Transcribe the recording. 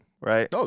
Right